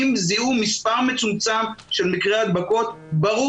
אם זיהו מס' מצומצם של מקרי הדבקות ברור